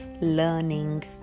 learning